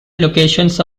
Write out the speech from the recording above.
locations